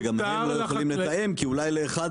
שגם הם לא יכולים לתאם כי אולי לאחד